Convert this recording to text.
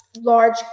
large